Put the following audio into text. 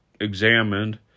examined